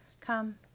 Come